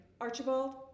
Archibald